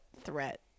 threat